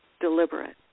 deliberate